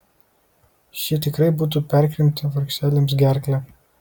šie tikrai būtų perkrimtę vargšelėms gerklę